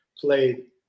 played